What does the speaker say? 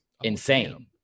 insane